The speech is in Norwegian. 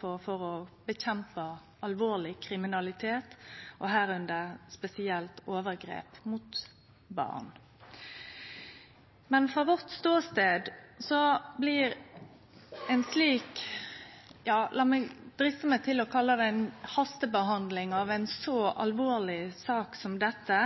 for å motarbeide alvorleg kriminalitet, spesielt overgrep mot barn. Men frå vår ståstad blir ei slik hastebehandling – la meg driste meg til å kalle det det – av ei så alvorleg sak som dette,